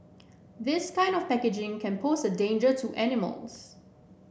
this kind of packaging can pose a danger to animals